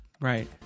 Right